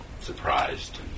surprised